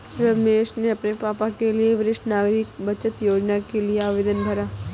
रमेश ने अपने पापा के लिए वरिष्ठ नागरिक बचत योजना के लिए आवेदन भरा